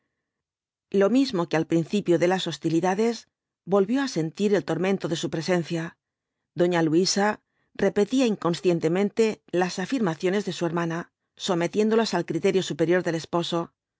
lo mismo que al principio de las hostilidades volvió á sentir el tormento de su presencia doña luisa repetía inconscientemente las afirmaciones de su hermana sometiéndolas al criterio superior del esposo así